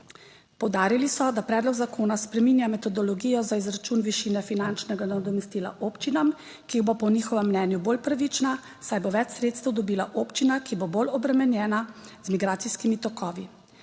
Poudarili so, da predlog zakona spreminja metodologijo za izračun višine finančnega nadomestila občinam, ki bo po njihovem mnenju bolj pravična, saj bo več sredstev dobila občina, ki bo bolj obremenjena z migracijskimi tokovi.